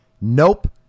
Nope